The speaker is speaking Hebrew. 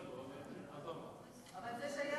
היא לא פה, אבל נעזור